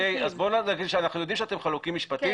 אנחנו יודעים שאתם חלוקים משפטית.